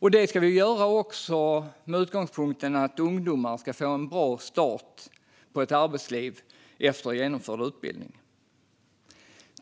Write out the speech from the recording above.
och se till att ungdomar får en bra start i arbetslivet efter genomförd utbildning.